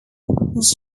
johns